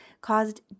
caused